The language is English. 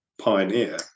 pioneer